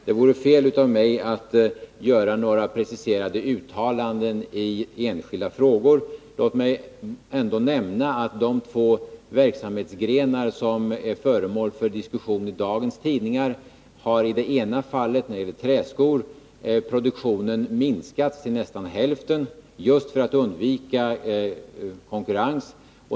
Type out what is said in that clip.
Det vore fel av mig att göra några preciserade uttalanden i enskilda frågor. Låt mig ändå nämna de två verksamhetsgrenar som är föremål för diskussion i dagens tidningar. Det gäller i det ena fallet träskor, där produktionen har minskat till nästan hälften just därför att man ville undvika konkurrens.